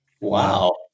Wow